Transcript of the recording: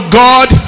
god